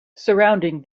surrounding